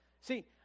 See